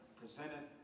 presented